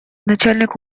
начальник